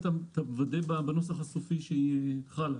אני מתכבד לפתוח את ישיבת ועדת הכלכלה.